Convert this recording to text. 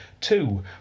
Two